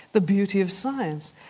the beauty of science.